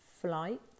flight